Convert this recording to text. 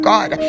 God